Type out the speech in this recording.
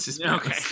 Okay